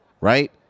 Right